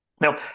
Now